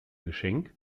geschenk